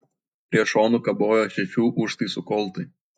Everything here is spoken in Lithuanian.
prie šonų kabojo šešių užtaisų koltai